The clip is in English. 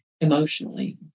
emotionally